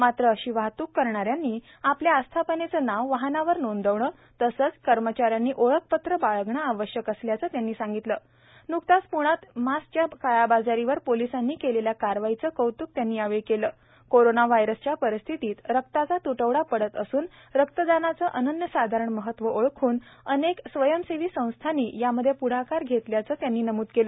मात्र अशी वाहतू करण यांनी आपल्या आस्थापनद्व नाव वाहनावर नोंदवण तसब्ध कर्मचाऱ्यांनी ओळखपत्र बाळगण आवश्यक असल्याच त्यांनी सांगितल न्कताच प्ण्यात मास्कच्या काळाबाजारीवर पोलिसांनी क्लम्म्या कारवाईच कौत्कही त्यांनी यावळी क्लम् करोणा व्हायरसच्या परिस्थितीत रक्ताचा त्टवडा पडत असून रक्तदानाच अनन्यसाधारण महत्व ओळखून अनक्क स्वयंसव्वी संस्थांनी यामध्य प्ढाकार घप्रल्याचं त्यांनी नमूद कालं